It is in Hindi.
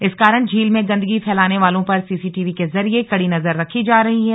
इस कारण झील में गंदगी फैलाने वालों पर सीसीटीवी के जरिए कड़ी नजर रखी जा रही है